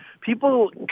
people